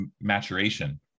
maturation